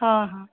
हाँ हाँ